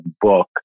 book